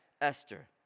Esther